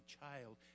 child